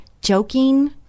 joking